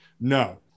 No